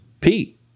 Pete